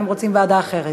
המציעים רוצים ועדה אחרת.